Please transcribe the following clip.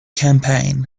campaign